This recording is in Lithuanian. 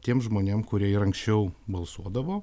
tiem žmonėm kurie ir anksčiau balsuodavo